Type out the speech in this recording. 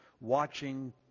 watching